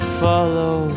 follow